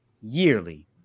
yearly